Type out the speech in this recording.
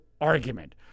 argument